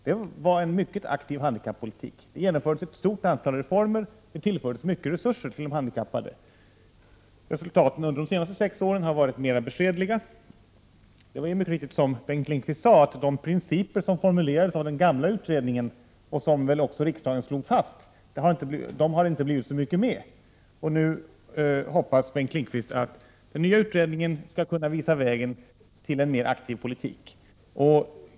Det fördes en mycket aktiv handikappolitik, ett stort antal reformer genomfördes, och det tillfördes mycket resurser till de handikappade. Resultaten under de senaste sex åren har varit mer beskedliga. En sak som Bengt Lindqvist sade är emellertid riktig, nämligen att det inte har blivit så mycket av de principer som formulerades av den gamla utredningen och som riksdagen väl också slog fast. Nu hoppas Bengt Lindqvist att den nya utredningen skall kunna visa vägen till en mer aktiv handikappolitik.